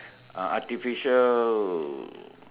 uh artificial